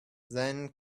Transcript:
then